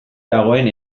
dagoen